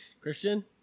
Christian